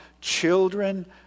children